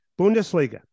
Bundesliga